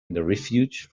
refuge